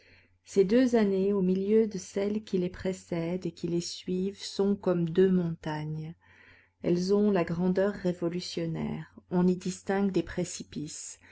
ces deux années au milieu de celles qui les précèdent et qui les suivent sont comme deux montagnes elles ont la grandeur révolutionnaire on y distingue des précipices